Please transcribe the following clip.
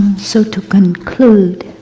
so to conclude,